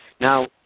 Now